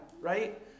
right